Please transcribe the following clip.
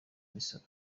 imisoro